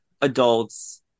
adults